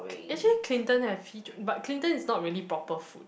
actually Clinton have he but Clinton is not really proper food